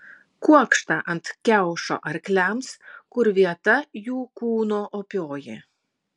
kuokštą ant kiaušo arkliams kur vieta jų kūno opioji